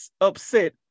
upset